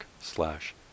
slash